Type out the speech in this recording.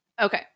okay